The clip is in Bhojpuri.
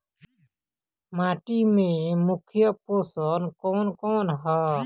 माटी में मुख्य पोषक कवन कवन ह?